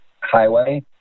highway